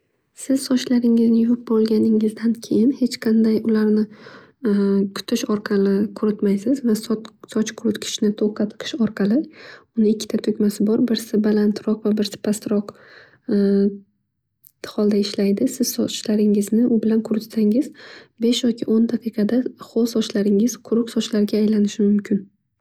Siz sochlaringizni yuvib bo'lgandan keyin ularni hech qanday kutish orqali quritmaysiz. Soch quritgichni tokga tiqish orqali uning ikkita tugmasi bor birsi balandroq va birsi pastroq holda ishlaydi. Siz sochlaringizni u bilan quritsangiz besh yoki o'n daqiqada xo'l sochlaringiz quruq sochlarga aylanishi mumkin.